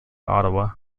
ottawa